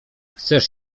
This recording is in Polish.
chcesz